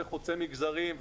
הדאגה חוצה מגזרים,